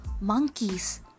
monkeys